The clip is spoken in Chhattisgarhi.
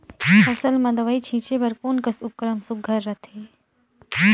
फसल म दव ई छीचे बर कोन कस उपकरण सुघ्घर रथे?